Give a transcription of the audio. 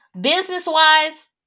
business-wise